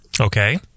Okay